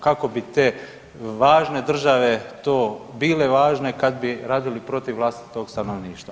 Kako bi te države to bile važne kad bi radili protiv vlastitog stanovništva?